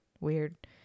Weird